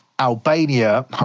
Albania